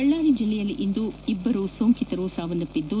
ಬಳ್ಳಾರಿ ಜಿಲ್ಲೆಯಲ್ಲಿ ಇಂದು ಇಬ್ಬರು ಸೋಂಕಿತರು ಸಾವನ್ನಪ್ಪಿದ್ದು